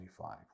25